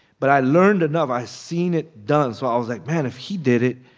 but i learned enough. i seen it done so i was like, man, if he did it,